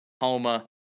Homa